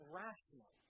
rational